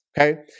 okay